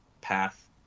path